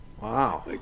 Wow